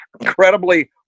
incredibly